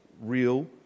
real